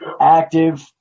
active